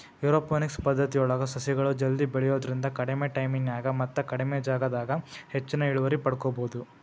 aeroponics ಪದ್ದತಿಯೊಳಗ ಸಸಿಗಳು ಜಲ್ದಿ ಬೆಳಿಯೋದ್ರಿಂದ ಕಡಿಮಿ ಟೈಮಿನ್ಯಾಗ ಮತ್ತ ಕಡಿಮಿ ಜಗದಾಗ ಹೆಚ್ಚಿನ ಇಳುವರಿ ಪಡ್ಕೋಬೋದು